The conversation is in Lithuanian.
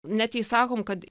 ne jei sakom kad